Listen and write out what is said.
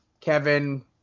Kevin